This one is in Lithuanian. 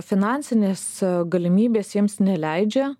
finansinės galimybės jiems neleidžia